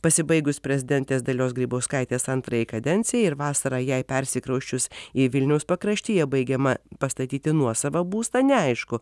pasibaigus prezidentės dalios grybauskaitės antrajai kadencijai ir vasarą jei persikrausčius į vilniaus pakraštyje baigiama pastatyti nuosavą būstą neaišku